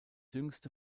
jüngste